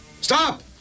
Stop